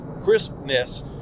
Crispness